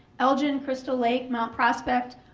elgin, crystal lake, mount prospect,